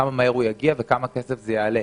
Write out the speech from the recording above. כמה מהר הוא יגיע וכמה כסף זה יעלה.